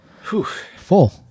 full